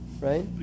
Right